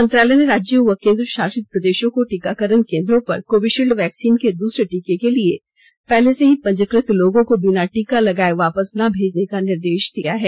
मंत्रालय ने राज्यों व केन्द्रशासित प्रदेशों को टीकाकरण केन्द्रों पर कोविशील्ड वैक्सीन के दूसरे टीके के लिए पहले से ही पंजीकृत लोगों को बिना टीका लगाए वापस ना भेजने का निर्देश दिया है